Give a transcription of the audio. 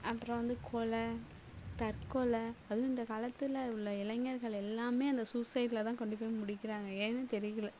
அப்புறம் வந்து கொலை தற்கொலை அதுவும் இந்தக் காலத்தில் உள்ள இளைஞர்கள் எல்லாமே அந்த சூசைட்ல தான் கொண்டு போய் முடிக்கிறாங்கள் ஏன்னே தெரியல